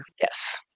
Yes